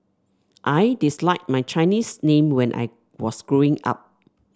I disliked my Chinese name when I was Growing Up